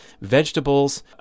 vegetables